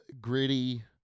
gritty